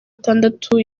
atandatu